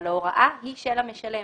אבל ההוראה היא של המשלם.